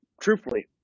truthfully